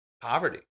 poverty